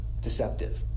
deceptive